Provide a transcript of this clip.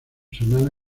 semana